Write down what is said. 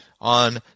on